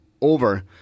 over